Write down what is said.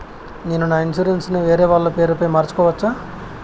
నేను నా ఇన్సూరెన్సు ను వేరేవాళ్ల పేరుపై మార్సుకోవచ్చా?